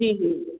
जी जी जी